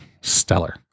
stellar